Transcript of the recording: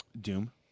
Doom